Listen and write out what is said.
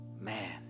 Man